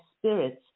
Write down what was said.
spirits